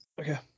Okay